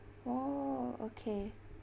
oh okay